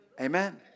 Amen